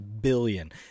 billion